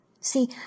See